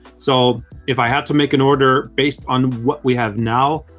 so if i had to make an order based on what we have now,